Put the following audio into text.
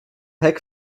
heck